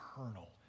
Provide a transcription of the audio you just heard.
Eternal